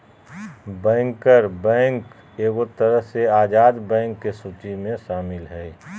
banker bank एगो तरह से आजाद बैंक के सूची मे शामिल हय